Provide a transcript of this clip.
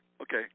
Okay